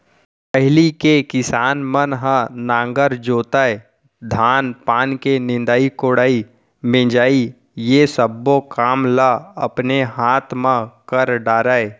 पहिली के किसान मन ह नांगर जोतय, धान पान के निंदई कोड़ई, मिंजई ये सब्बो काम ल अपने हाथ म कर डरय